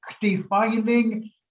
defining